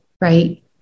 right